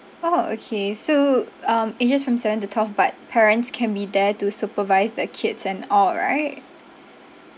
orh okay so um ages from seven to twelve but parents can be there to supervise their kids and all right